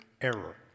error